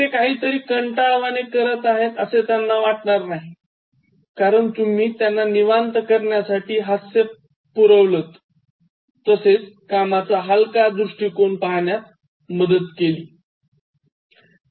ते काहीतरी कंटाळवाणे करत आहेत असे त्यांना वाटणार नाही कारण तुम्ही त्यांना निवांत करण्यासाठी हास्य पुरवलंत तसेच कामाचा हलका दृष्टीकोन पाहण्यास मदत केली आहे